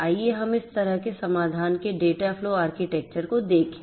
आइए हम इस तरह के समाधान के डेटाफ्लो आर्किटेक्चर को देखें